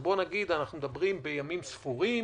אנחנו מדברים בימים ספורים,